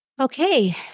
Okay